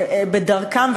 בדרכם,